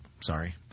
Sorry